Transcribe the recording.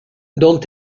dont